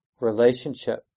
relationship